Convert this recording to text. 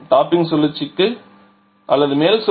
topping சுழற்சி அல்லது மேல் சுழற்சிக்கு ṁA 0